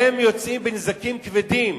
הם יוצאים בנזקים כבדים.